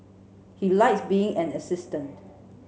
he likes being an assistant